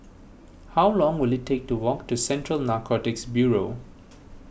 how long will it take to walk to Central Narcotics Bureau